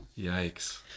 Yikes